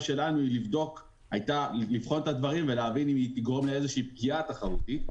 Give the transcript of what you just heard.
שלנו היא לבחון את הדברים ולהבין אם היא תגרום לאיזושהי פגיעה תחרותית.